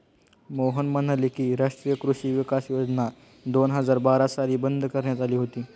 मोहन म्हणाले की, राष्ट्रीय कृषी विकास योजना दोन हजार बारा साली बंद करण्यात आली होती